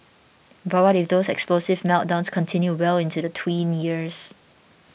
but what if those explosive meltdowns continue well into the tween years